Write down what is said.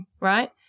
right